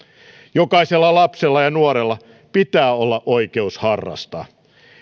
jokaisella lapsella ja nuorella pitää olla oikeus harrastaa